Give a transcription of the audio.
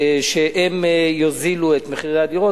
והן יורידו את מחירי הדירות,